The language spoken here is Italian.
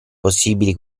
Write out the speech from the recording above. possibile